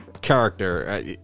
character